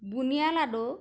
বুনিয়া লাডু